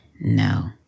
no